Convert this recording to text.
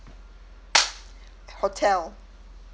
hotel